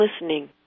listening